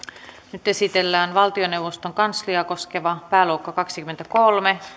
nyt esitellään valtioneuvoston kansliaa koskeva pääluokka kaksikymmentäkolme